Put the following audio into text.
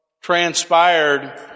transpired